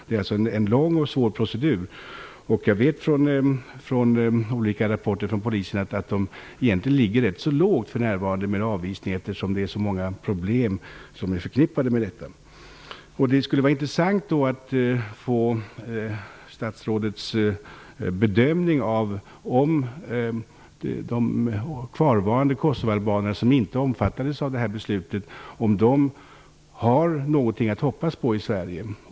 Det är alltså en lång och svår procedur. Jag vet också av olika rapporter att polisen egentligen ligger ganska lågt med avvisningar för närvarande, eftersom det är så många problem förknippade med detta. Det skulle vara intressant att få statsrådets bedömning av om de kvarvarande kosovoalbaner som inte omfattades av beslutet har någonting att hoppas på i Sverige.